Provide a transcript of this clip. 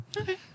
Okay